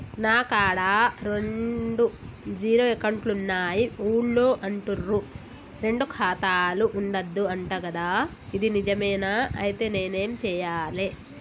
నా కాడా రెండు జీరో అకౌంట్లున్నాయి ఊళ్ళో అంటుర్రు రెండు ఖాతాలు ఉండద్దు అంట గదా ఇది నిజమేనా? ఐతే నేనేం చేయాలే?